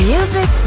Music